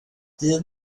dydd